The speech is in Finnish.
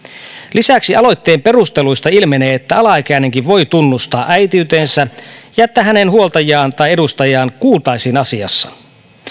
lisäksi aloitteen perusteluista ilmenee että alaikäinenkin voi tunnustaa äitiytensä ja että hänen huoltajiaan tai edustajiaan kuultaisiin asiassa